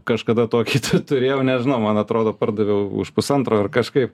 kažkada tokį turėjau nežinau man atrodo pardaviau už pusantro ar kažkaip